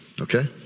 okay